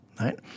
right